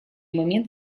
момент